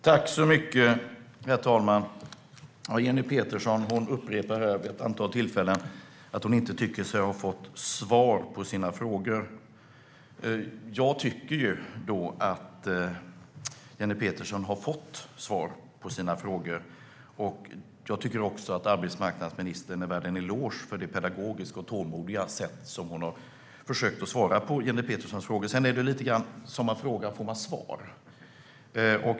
Herr talman! Jenny Petersson upprepar vid ett antal tillfällen att hon inte tycker sig ha fått svar på sina frågor. Jag tycker att Jenny Petersson har fått svar på sina frågor, och jag tycker också att arbetsmarknadsministern är värd en eloge för det pedagogiska och tålmodiga sätt som hon har försökt att svara på Jenny Peterssons frågor. Som man frågar får man svar.